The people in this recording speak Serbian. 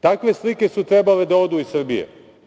Takve slike su trebale da odu iz Srbije.